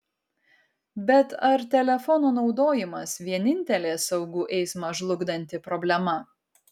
bet ar telefono naudojimas vienintelė saugų eismą žlugdanti problema